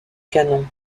canon